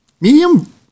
medium